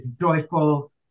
joyful